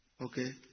Okay